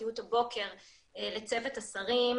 הפרטיות הבוקר לצוות השרים,